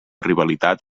rivalitat